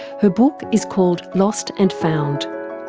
her book is called lost and found.